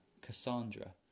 Cassandra